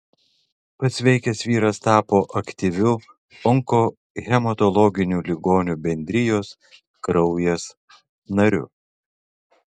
pasveikęs vyras tapo aktyviu onkohematologinių ligonių bendrijos kraujas nariu